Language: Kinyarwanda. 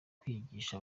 kwigisha